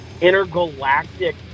intergalactic